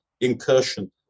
incursion